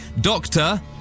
Doctor